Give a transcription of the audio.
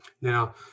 Now